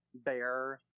bear